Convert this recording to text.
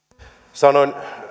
sanoin